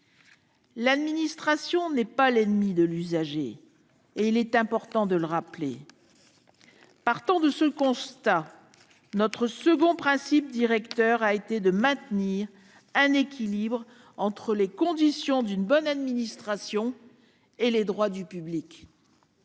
L'administration n'est pas l'ennemie de l'usager, il est important de le rappeler. Tout à fait ! Partant de ce constat, notre second principe directeur réside dans le maintien d'un équilibre entre les conditions d'une bonne administration et les droits du public.